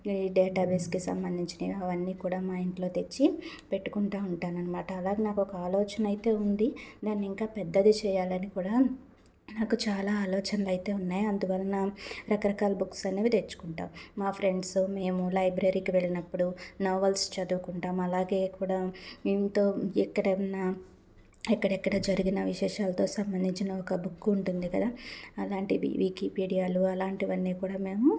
ఈ డేటా బేస్కి సంబంధించిన అవన్నీ కూడా మా ఇంట్లో తెచ్చి పెట్టుకుంటా ఉంటాను అనమాట అలాగ నాకు ఒక ఆలోచన అయితే ఉంది దాన్ని ఇంకా పెద్దది చేయాలని కూడా నాకు చాలా ఆలోచనలు అయితే ఉన్నాయి అందువలన రకరకాల బుక్స్ అనేవి తెచ్చుకుంటాం మా ఫ్రెండ్స్ మేము లైబ్రరీకి వెళ్ళినప్పుడు నావల్స్ చదువుకుంటాం అలాగే కూడా ఎంతో ఎక్కడన్నా ఎక్కడెక్కడ జరిగిన విశేషాలతో సంబంధించిన ఒక బుక్ ఉంటుంది కదా అలాంటివి వికీపీడియాలో అలాంటివన్నీ కూడా మేము